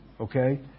okay